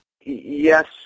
Yes